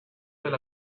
del